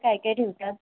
काय काय ठेवतात